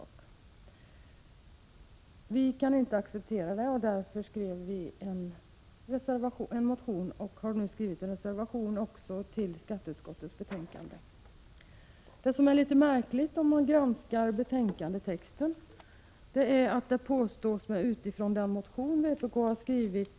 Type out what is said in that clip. Det kan vi i vpk inte acceptera och därför har vi också väckt en motion. Dessutom har vi, som jag nyss sagt, också avgett en reservation, vilken återfinns i detta betänkande. Om man granskar texten i betänkandet, finner man att den är litet märklig.